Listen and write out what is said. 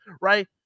Right